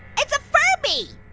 it's a furby.